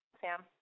Sam